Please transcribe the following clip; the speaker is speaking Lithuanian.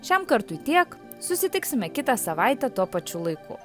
šiam kartui tiek susitiksime kitą savaitę tuo pačiu laiku